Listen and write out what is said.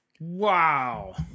Wow